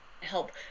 help